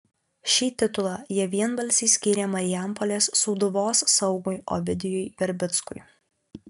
šį titulą jie vienbalsiai skyrė marijampolės sūduvos saugui ovidijui verbickui